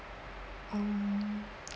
um